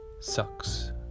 sucks